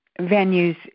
venues